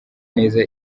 neza